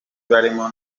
barimo